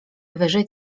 wyżej